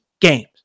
games